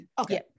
okay